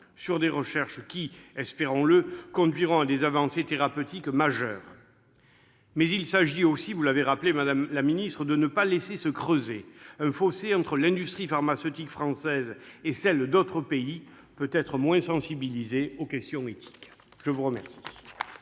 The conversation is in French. sur des recherches qui, espérons-le, conduiront à des avancées thérapeutiques majeures. Mais il s'agit aussi de ne pas laisser se creuser un fossé entre l'industrie pharmaceutique française et celle d'autres pays, peut-être moins sensibilisés aux questions éthiques. La parole